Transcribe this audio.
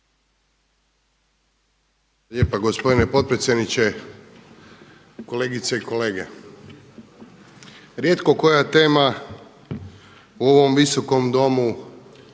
lijepa gospodine potpredsjedniče. Kolegice i kolege, rijetko koja tema u ovom Visokom domu